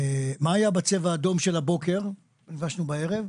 "מה היה בצבע האדום של הבוקר?", כשנפגשנו בערב.